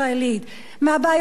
מהבעיות החברתיות,